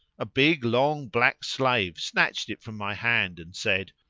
a big long black slave snatched it from my hand and said.